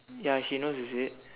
ya she knows is it